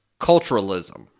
culturalism